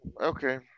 okay